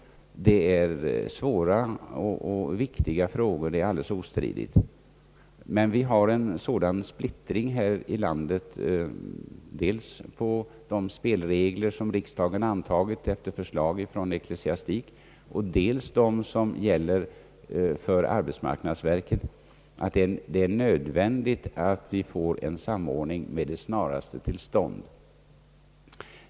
Det är ostridigt att det är svåra och viktiga frågor. Men vi har en sådan splittring här i landet, vi har dels de regler som riksdagen antagit på förslag av ecklesiastikdepartementet, dels de regler som gäller för arbetsmarknadsverket, och det är nödvändigt att snarast få en samordning till stånd.